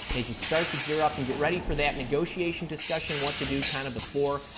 as you start to gear up and get ready for that negotiation discussion, what to do kind of before,